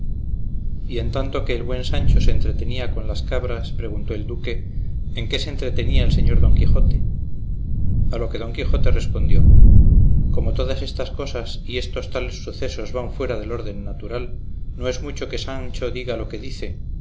y en tanto que el buen sancho se entretenía con las cabras preguntó el duque en qué se entretenía el señor don quijote a lo que don quijote respondió como todas estas cosas y estos tales sucesos van fuera del orden natural no es mucho que sancho diga lo que dice